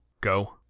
Go